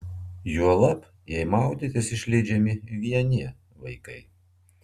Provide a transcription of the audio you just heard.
juolab jei maudytis išleidžiami vieni vaikai